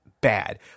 bad